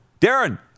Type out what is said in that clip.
Darren